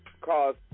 cause